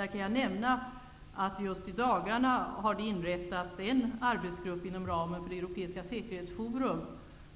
Jag kan här nämna att det just i dagarna har inrättats en arbetsgrupp inom ramen för det europeiska säkerhetsforumet,